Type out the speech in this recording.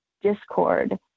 discord